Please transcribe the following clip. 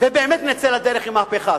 ובאמת נצא לדרך עם מהפכה.